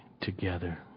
together